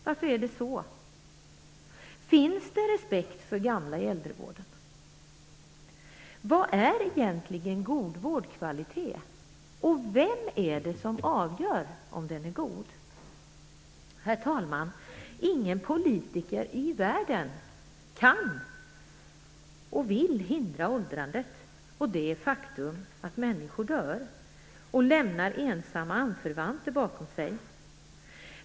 Varför är det på det sättet? Finns det respekt för gamla i äldrevården? Vad är egentligen god vårdkvalitet? Och vem är det som avgör om den är god? Herr talman! Ingen politiker i världen kan och vill hindra åldrandet och det faktum att människor dör och lämnar ensamma anförvanter efter sig.